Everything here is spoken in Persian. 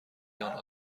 آنها